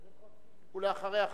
ואחריה,